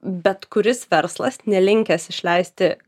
bet kuris verslas nelinkęs išleisti